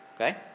okay